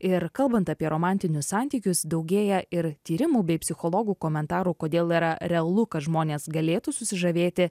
ir kalbant apie romantinius santykius daugėja ir tyrimų bei psichologų komentarų kodėl yra realu kad žmonės galėtų susižavėti